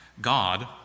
God